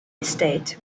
estate